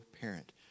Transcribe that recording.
parent